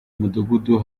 mudugudu